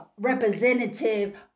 representative